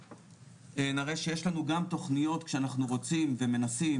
נראה שיש לנו גם תכניות כשאנחנו רוצים ומנסים